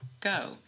go